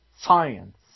science